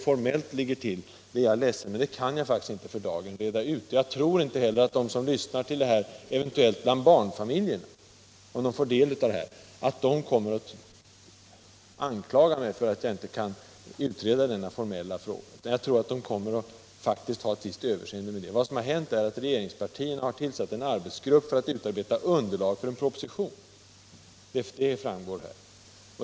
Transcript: Jag är ledsen att jag för dagen inte kan reda ut hur det formellt ligger till, men jag tror inte att barnfamiljerna anklagar mig för det, utan har ett visst överseende. Vad som har hänt är att regeringspartierna har tillsatt en arbetsgrupp för att utarbeta underlag för en proposition.